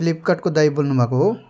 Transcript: फ्लिपकार्टको दाइ बोल्नुभएको हो